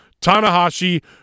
Tanahashi